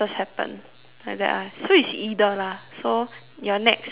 like that lah so is either lah so your next creative question